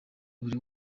buri